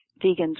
vegans